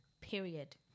Period